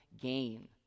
gain